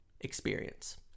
experience